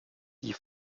die